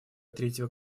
третьего